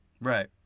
Right